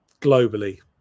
globally